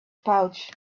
pouch